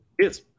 Yes